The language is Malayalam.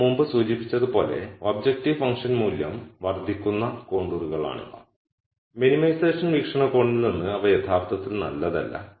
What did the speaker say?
നമ്മൾ മുമ്പ് സൂചിപ്പിച്ചതുപോലെ ഒബ്ജക്റ്റീവ് ഫങ്ക്ഷൻ മൂല്യം വർദ്ധിക്കുന്ന കോണ്ടൂറുകളാണിവ മിനിമൈസേഷൻ വീക്ഷണകോണിൽ നിന്ന് അവ യഥാർത്ഥത്തിൽ നല്ലതല്ല